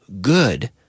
good